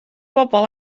bobl